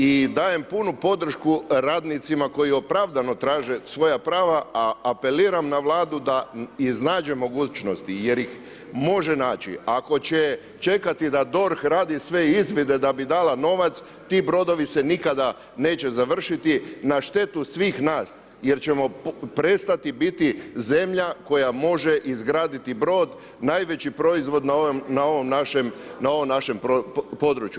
I dajem punu podršku radnicima koji opravdano traže svoja prava a apeliram na Vladu da iznađe mogućnosti, jer ih može naći, ako će čekati da DORH radi sve izvide da bi dala novac, ti brodovi se nikada neće završiti na štetu svih nas jer ćemo prestati biti zemlja koja može izgraditi brod najveći proizvod na ovom našem području.